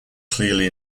clearly